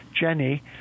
Jenny